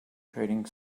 trading